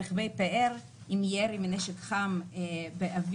ברכבי פאר, עם ירי מנשק חם באוויר.